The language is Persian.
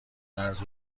قرض